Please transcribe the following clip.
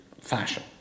fashion